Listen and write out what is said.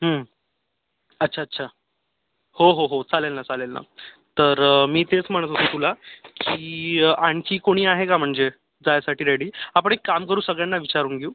अच्छा अच्छा हो हो हो चालेल ना चालेल ना तर मी तेच म्हणत होतो तुला की आणखी कोणी आहे का म्हणजे जायसाठी रेडी आपण एक काम करू सगळ्यांना विचारून घेऊ